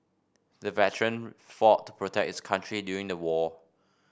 the veteran fought to protect his country during the war